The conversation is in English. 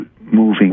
moving